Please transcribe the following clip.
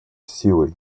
силы